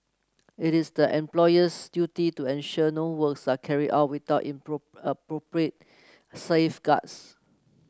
it is the employer's duty to ensure no works are carried out without appropriate safeguards